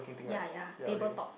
ya ya table top